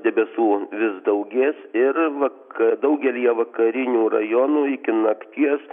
debesų vis daugės ir vaka daugelyje vakarinių rajonų iki nakties